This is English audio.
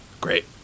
Great